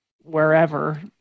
wherever